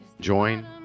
Join